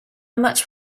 much